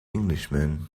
englishman